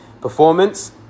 performance